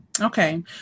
Okay